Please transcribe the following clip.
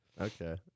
okay